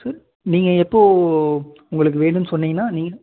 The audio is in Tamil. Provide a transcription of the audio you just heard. சார் நீங்கள் எப்போது உங்களுக்கு வேணும்ன்னு சொன்னீங்கன்னா நீங்கள்